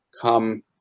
come